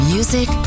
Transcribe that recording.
Music